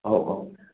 ꯑꯧ ꯑꯧ